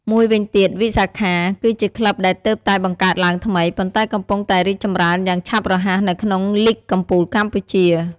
មួយវិញទៀតវិសាខាគឺជាក្លឹបដែលទើបតែបង្កើតឡើងថ្មី ប៉ុន្តែកំពុងតែរីកចម្រើនយ៉ាងឆាប់រហ័សនៅក្នុងលីគកំពូលកម្ពុជា។